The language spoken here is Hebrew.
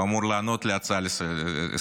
הוא אמור לענות על ההצעה לסדר-היום.